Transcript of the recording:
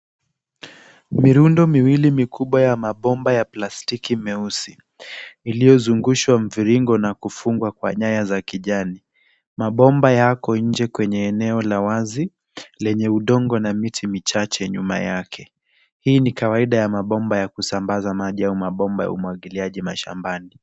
Mirundo miwili mikubwa ya mabomba ya plastiki meusi iliyozungushwa mviringo na kufungwa kwa nyaya za kijani. Mabomba yako nje kwenye eneo la wazi lenye udongo na miti michache nyuma yake. Hii ni kawaida ya mabomba ya kusambaza maji au mabomba ya umwagiliaji mashambani.